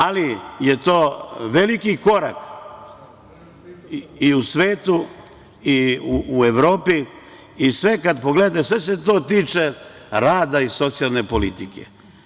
Ali, to je veliki korak i u svetu i u Evropi i sve kad pogledate sve se to tiče rada i socijalne politike.